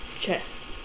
Chess